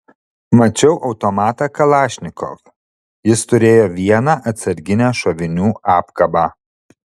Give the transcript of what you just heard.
mačiau automatą kalašnikov jis turėjo vieną atsarginę šovinių apkabą